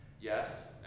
Yes